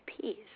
peace